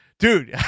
Dude